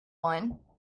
one